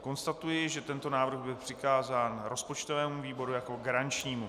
Konstatuji, že tento návrh byl přikázán rozpočtovému výboru jako garančnímu.